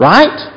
Right